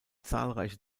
zahlreiche